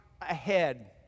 ahead